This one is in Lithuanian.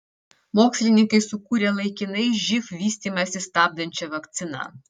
mokslininkai sukūrė laikinai živ vystymąsi stabdančią vakciną